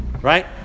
right